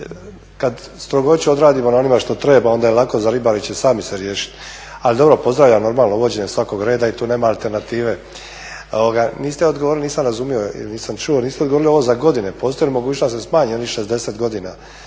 Kad strogoću odradimo na onima što treba onda je lako, a ribari će sami se riješit. Ali dobro, pozdravljam normalno uvođenje svakog reda i tu nema alternative. Niste odgovorili, nisam razumio ili nisam čuo, niste odgovorili ovo za godine. Postoji li mogućnost da smanje onih 60 godina,